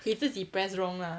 he 自己 press wrong ah